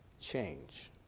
change